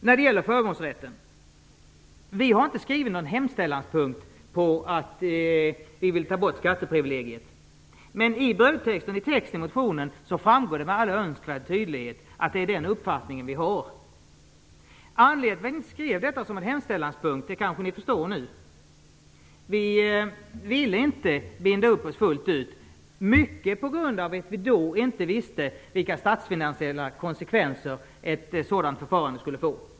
När det gäller förmånsrätten har vi i Vänsterpartiet inte skrivit något förslag till hemställanspunkt om att vi vill ta bort skatteprivilegiet. Men i texten i motionen framgår det med all önskvärd tydlighet att vi har den uppfattningen. Anledningen till att vi inte skrev detta som en hemställanspunkt kanske ni nu förstår. Vi ville inte binda upp oss fullt ut, mycket på grund av att vi då inte visste vilka statsfinansiella konsekvenser ett sådan förfarande skulle få.